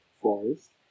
forest